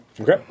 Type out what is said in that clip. Okay